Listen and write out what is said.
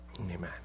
Amen